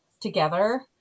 together